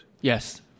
Yes